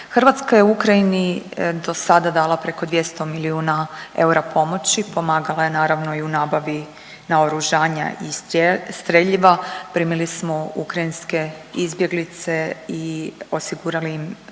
Hrvatska je Ukrajini do sada dala preko 200 milijuna eura pomoći, pomagala je naravno i u nabavi naoružanja i streljiva, primili smo ukrajinske izbjeglice i osigurali im